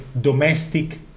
domestic